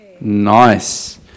Nice